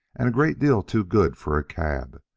and great deal too good for a cab,